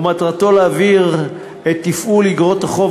ומטרתו להעביר את תפעול איגרות החוב